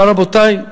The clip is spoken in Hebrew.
אבל, רבותי,